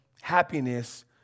happiness